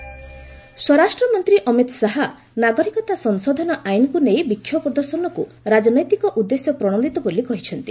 Amit Shah CAA ସ୍ୱରାଷ୍ଟ୍ରମନ୍ତ୍ରୀ ଅମିତ ଶାହା ନାଗରିକତା ସଂଶୋଧନ ଆଇନକୁ ନେଇ ବିକ୍ଷୋଭ ପ୍ରଦର୍ଶନକୁ ରାଜନୈତିକ ଉଦ୍ଦେଶ୍ୟ ପ୍ରଣୋଦିତ ବୋଲି କହିଛନ୍ତି